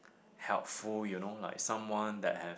helpful you know like someone that have